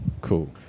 cool